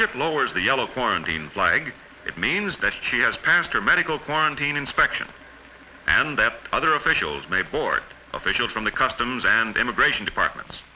ship lowers the yellow quarantine flag it means that she has passed a medical quarantine inspection and that other officials may board officials from the customs and immigration departments